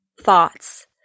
thoughts